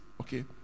Okay